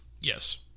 yes